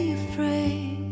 afraid